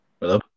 Hello